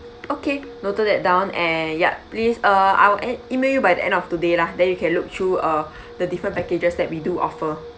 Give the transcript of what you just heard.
okay noted that down and ya please uh I'll email you by the end of today lah then you can look through uh the different packages that we do offer